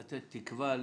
לתת תקווה לתלמידים,